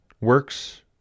works